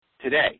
Today